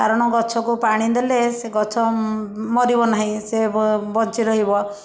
କାରଣ ଗଛକୁ ପାଣି ଦେଲେ ସେ ଗଛ ମରିବ ନାହିଁ ସେ ବ ବଞ୍ଚି ରହିବ